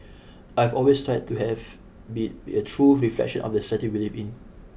I've always tried to have be a true reflection of the society we live in